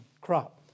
crop